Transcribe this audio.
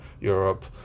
Europe